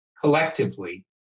collectively